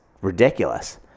ridiculous